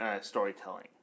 storytelling